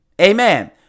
Amen